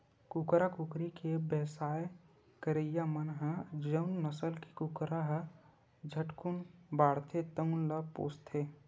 कुकरा, कुकरी के बेवसाय करइया मन ह जउन नसल के कुकरा ह झटकुन बाड़थे तउन ल पोसथे